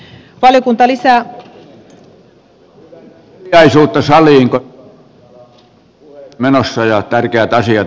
täällä ovat puheet menossa ja tärkeät asiat